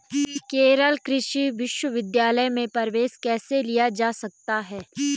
केरल कृषि विश्वविद्यालय में प्रवेश कैसे लिया जा सकता है?